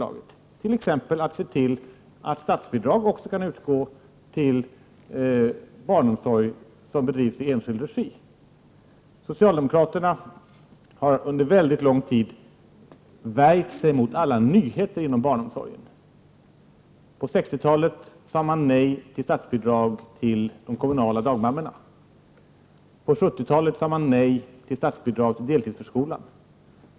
Man kan t.ex. se till att statsbidrag utgår också till barnomsorg i enskild regi. Under väldigt lång tid har socialdemokraterna värjt sig mot varje slag av nyheter inom barnomsorgen. På 60-talet sade man nej till statsbidrag till kommunala dagmammor. På 70-talet sade man nej till statsbidrag till deltidsförskolan.